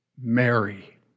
Mary